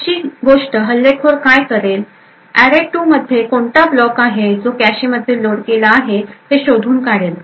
पुढची गोष्ट हल्लेखोर काय करेल array2 मध्ये कोणता ब्लॉक आहे जो कॅशे मध्ये लोड केलेला आहे हे शोधून काढेल